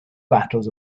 battles